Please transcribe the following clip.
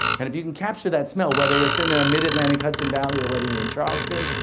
and if you can capture that smell, whether it's in the mid atlantic hudson valley, or whether you're in charleston,